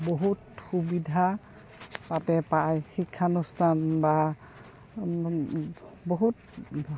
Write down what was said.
বহুত সুবিধা তাতে পায় শিক্ষানুষ্ঠান বা বহুত